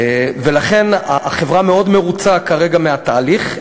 לכן החברה מאוד מרוצה כרגע מהתהליך.